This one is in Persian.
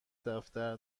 دفتر